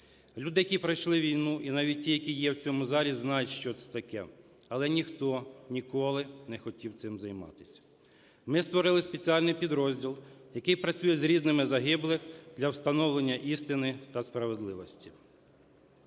Люди, які пройшли війну, і навіть ті, які є в цьому залі, знають, що це таке, але ніхто ніколи не хотів цим займатися. Ми створили спеціальний підрозділ, який працює з рідними загиблих для встановлення істини та справедливості.